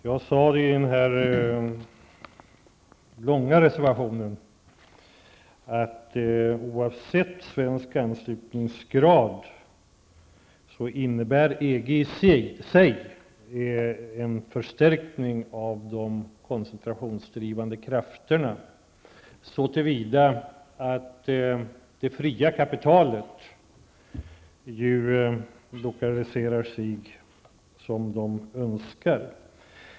Jag sade i den långa reservationen att oavsett svensk anslutningsgrad så innebär EG i sig en förstärkning av de koncentrationsdrivande krafterna så till vida att det fria kapitalet ju lokaliserar sig som det önskar.